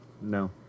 no